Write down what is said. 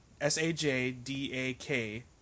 S-A-J-D-A-K